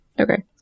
Okay